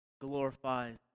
glorifies